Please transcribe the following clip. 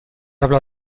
habla